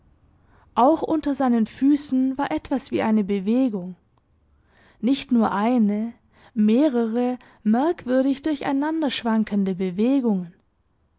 auch unter seinen füßen war etwas wie eine bewegung nicht nur eine mehrere merkwürdig durcheinanderschwankende bewegungen